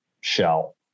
shell